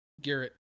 Garrett